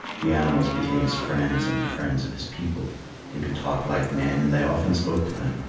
the animals became his friends and the friends of his people they could talk like men and they often spoke to them,